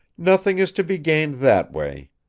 nothing is to be gained that way.